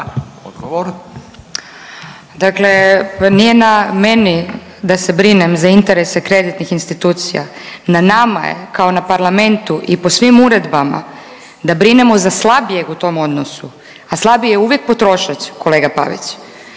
Dakle, nije na meni da se brinem za interese kreditnih institucija, na nama je kao na parlamentu i po svim uredbama da brinemo za slabijeg u tom odnosu, a slabiji je uvijek potrošač, kolega Pavić,